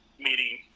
meeting